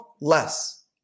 less